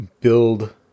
build